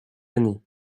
années